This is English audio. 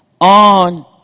on